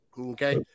Okay